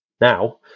now